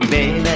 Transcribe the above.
Baby